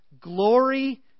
glory